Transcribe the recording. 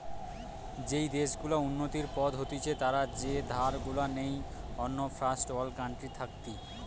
যেই দেশ গুলা উন্নতির পথে হতিছে তারা যে ধার গুলা নেই অন্য ফার্স্ট ওয়ার্ল্ড কান্ট্রি থাকতি